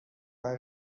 های